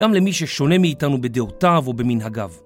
גם למי ששונה מאיתנו בדעותיו או במינהגיו.